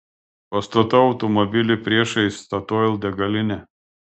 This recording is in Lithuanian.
pastatau automobilį priešais statoil degalinę